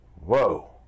Whoa